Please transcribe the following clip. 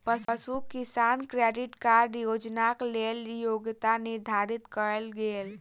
पशु किसान credit card योजनाक लेल योग्यता निर्धारित कयल गेल